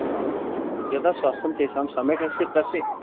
आम् आं यदा स्वास्थ्यं तेषां सम्यक् आसीत् तस्मै